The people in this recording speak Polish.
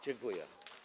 Dziękuję.